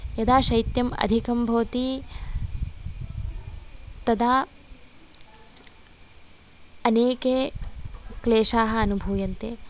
यदा शैत्यं अधिकं भवति तदा अनेके क्लेशाः अनुभूयन्ते